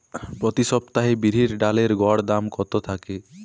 প্রতি সপ্তাহে বিরির ডালের গড় দাম কত থাকে?